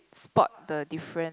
spot the different